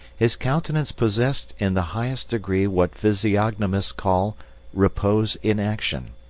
his countenance possessed in the highest degree what physiognomists call repose in action,